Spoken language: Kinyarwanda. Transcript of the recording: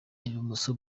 ibumoso